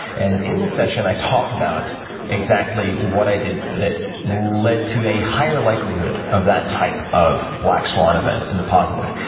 and in the session, i talk about exactly what i did that led to a higher likelihood of that type of black swan event, in the positive.